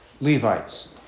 Levites